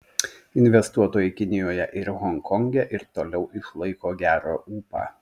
investuotojai kinijoje ir honkonge ir toliau išlaiko gerą ūpą